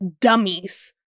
dummies